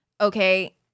Okay